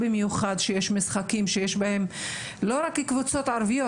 במיוחד כשיש משחקים שיש בהם לא רק קבוצות ערביות,